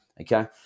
Okay